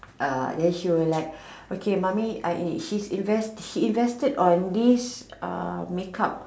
uh then she will like okay mummy I she's invest she invested in this make up